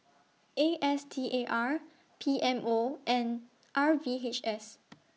A S T A R P M O and R V H S